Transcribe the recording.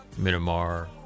Myanmar